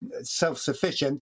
self-sufficient